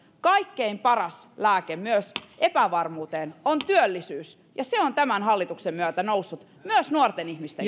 kaikkein paras lääke myös epävarmuuteen on työllisyys ja se on tämän hallituksen myötä noussut myös nuorten ihmisten